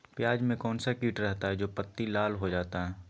प्याज में कौन सा किट रहता है? जो पत्ती लाल हो जाता हैं